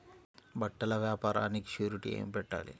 బట్టల వ్యాపారానికి షూరిటీ ఏమి పెట్టాలి?